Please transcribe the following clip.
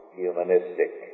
humanistic